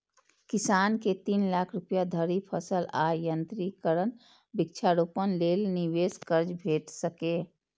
किसान कें तीन लाख रुपया धरि फसल आ यंत्रीकरण, वृक्षारोपण लेल निवेश कर्ज भेट सकैए